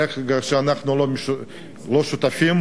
ברגע שאנחנו לא שותפים,